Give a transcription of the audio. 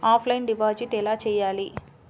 Offline deposit ఎలా చేయాలి?